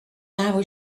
narrow